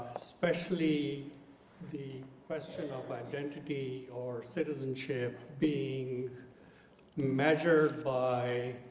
especially the question of identity or citizenship being measured by